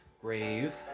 grave